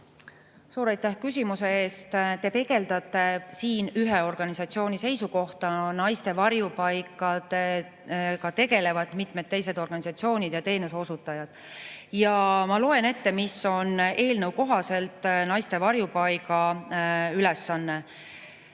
Suur aitäh küsimuse eest! Te peegeldate siin ühe organisatsiooni seisukohta. Naiste varjupaikadega tegelevad ka mitmed teised organisatsioonid ja teenuseosutajad. Ma loen ette, mis on eelnõu kohaselt naiste varjupaiga ülesanne: